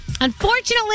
Unfortunately